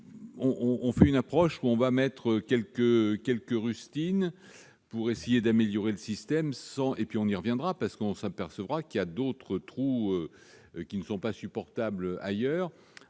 votre approche, on va poser quelques rustines pour essayer d'améliorer le système, puis on y reviendra, parce qu'on s'apercevra qu'il y a d'autres trous ailleurs qui ne sont pas supportables.